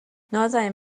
نازنین